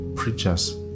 preachers